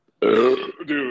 Dude